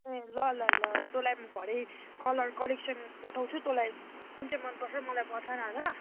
ए ल ल ल तँलाई म भरे कलर कलेक्सन पठाउँछु तँलाई कुन चाहिँ मनपर्छ मलाई पठा न ल